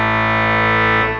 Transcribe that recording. and